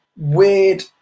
weird